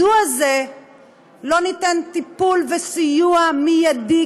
מדוע זה לא ניתן טיפול וסיוע מיידי,